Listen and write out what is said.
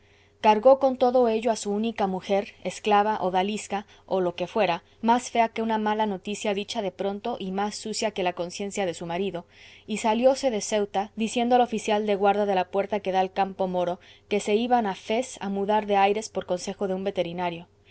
cargó con todo ello a su única mujer esclava odalisca o lo que fuera más fea que una mala noticia dicha de pronto y más sucia que la conciencia de su marido y salióse de ceuta diciendo al oficial de guardia de la puerta que da al campo moro que se iban a fez a mudar de aires por consejo de un veterinario